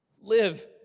Live